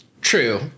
True